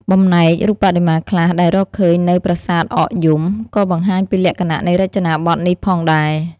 បំណែករូបបដិមាខ្លះដែលរកឃើញនៅ ប្រាសាទអកយំ ក៏បង្ហាញពីលក្ខណៈនៃរចនាបថនេះផងដែរ។